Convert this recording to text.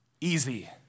easy